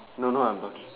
no no I'm lucky